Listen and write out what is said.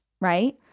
right